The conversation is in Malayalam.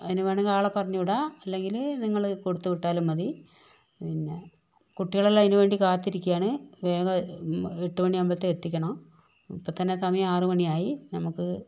അതിന് വേണമെങ്കിൽ ആളെ പറഞ്ഞു വിടാം അല്ലെങ്കിൽ നിങ്ങള് കൊടുത്ത് വിട്ടാലും മതി പിന്നെ കുട്ടികളെല്ലാം അതിന് വേണ്ടി കാത്തിരിക്കുകയാണ് വേഗം എട്ട് മണിയാവുമ്പോഴത്തേക്ക് എത്തിക്കണം ഇപ്പോൾ തന്നെ സമയം ആറു മണിയായി നമുക്ക്